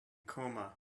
coma